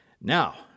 now